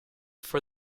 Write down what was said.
for